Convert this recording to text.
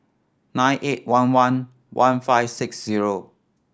nine eight one one one five six zero